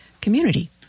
community